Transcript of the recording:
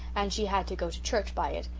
and she had to go to church by it,